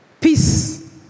Peace